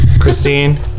christine